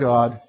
God